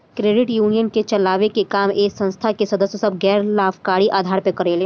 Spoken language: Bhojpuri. क्रेडिट यूनियन के चलावे के काम ए संस्था के सदस्य सभ गैर लाभकारी आधार पर करेले